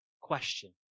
Question